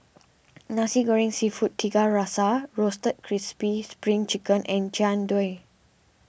Nasi Goreng Seafood Tiga Rasa Roasted Crispy Spring Chicken and Jian Dui